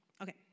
Okay